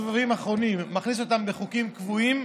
הסבבים האחרונים היא מכניסה לחוקים קבועים,